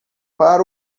para